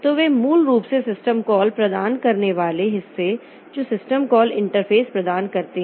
तो वे मूल रूप से सिस्टम कॉल प्रदान करने वाले हिस्से जो सिस्टम कॉल इंटरफ़ेस प्रदान करते हैं